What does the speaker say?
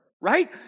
right